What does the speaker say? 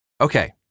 Okay